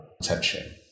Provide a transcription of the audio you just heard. attention